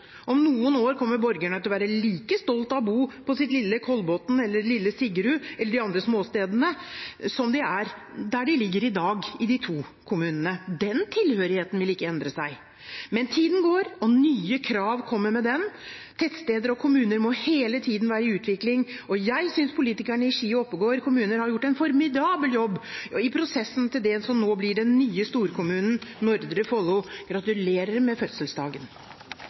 Om noen år kommer borgerne til å være like stolte av å bo i lille Kolbotn, lille Siggerud eller de andre småstedene der de ligger i dag i de to kommunene. Den tilhørigheten vil ikke endre seg. Men tiden går, og nye krav kommer med den. Tettsteder og kommuner må hele tiden være i utvikling, og jeg synes politikerne i Ski og Oppegård kommuner har gjort en formidabel jobb i prosessen mot det som nå blir den nye storkommunen Nordre Follo. Gratulerer med fødselsdagen!